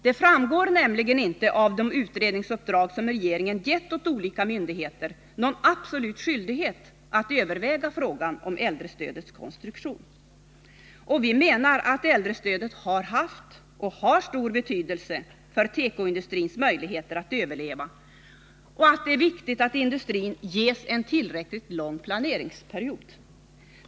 Det framgår nämligen inte av de utredningsuppdrag som regeringen gett åt olika myndigheter att de har absolut skyldighet att överväga frågan om äldrestödets konstruktion. Vi menar att äldrestödet har haft och har stor betydelse för tekoindustrins möjligheter att överleva och att det är viktigt att industrin ges en tillräckligt lång planeringsperiod.